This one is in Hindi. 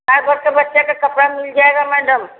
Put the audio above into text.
हाँ छोटे बच्चे का कपड़ा मिल जाएगा मैडम